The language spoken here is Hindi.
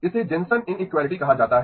इसे जेनसेन इनइक्वैलिटी कहा जाता है